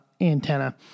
antenna